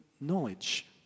knowledge